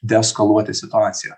deeskaluoti situaciją